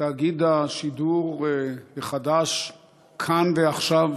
תאגיד השידור החדש כאן, ועכשיו,